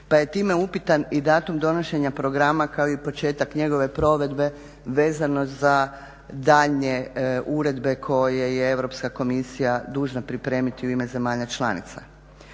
pa je time upitan i datum donošenja programa kao i početak njegove provedbe vezano za daljnje uredbe koje je Europska komisija dužna pripremiti u ime zemalja članica.